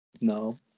No